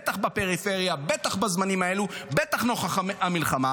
בטח בפריפריה, בטח בזמנים האלו, בטח נוכח המלחמה.